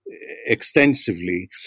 extensively